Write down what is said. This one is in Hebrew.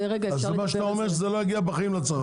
אז אתה אומר שזה בחיים לא יגיע לצרכן.